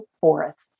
forests